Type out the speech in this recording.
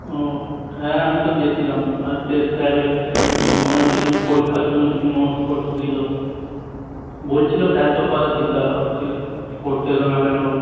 ও হ্যাঁ আমি তো গেছিলাম আজকে স্যার ওই অনেক কিছু পরীক্ষার জন্য কিছু নোটস ফোটস দিলো বলছিলো স্যার তোর কথা জিজ্ঞাসা হচ্ছিলো পড়তে এলো না কেন